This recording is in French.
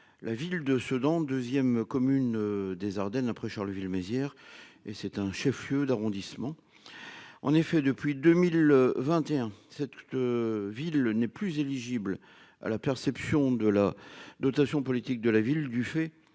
la ville de Sedan 2ème commune des Ardennes après Charleville-Mézières et c'est un chef-lieu d'arrondissement. En effet depuis 2021 cette. Ville n'est plus éligible à la perception de la dotation politique de la ville du fait